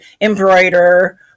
embroider